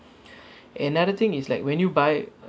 another thing is like when you buy